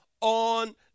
on